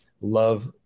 love